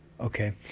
okay